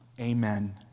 Amen